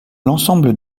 l’ensemble